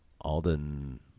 Alden